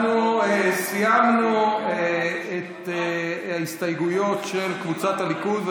אנחנו סיימנו את ההסתייגויות של קבוצת הליכוד,